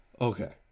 Okay